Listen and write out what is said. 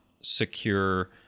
secure